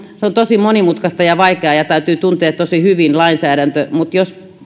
se on tosi monimutkaista ja vaikeaa ja täytyy tuntea tosi hyvin lainsäädäntö mutta